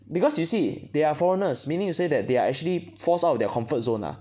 because you see they are foreigners meaning to say that they are actually forced out of their comfort zone ah